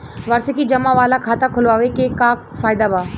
वार्षिकी जमा वाला खाता खोलवावे के का फायदा बा?